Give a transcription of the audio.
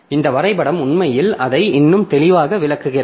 இந்த வரைபடம் உண்மையில் அதை இன்னும் தெளிவாக விளக்குகிறது